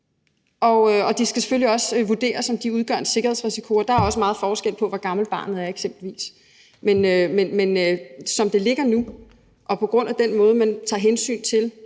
og det skal selvfølgelig også vurderes, om de udgør en sikkerhedsrisiko. Der er eksempelvis også meget forskel på, hvor gammelt barnet er. Men som det ligger nu, hvor man tager hensyn til